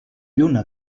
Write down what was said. lluna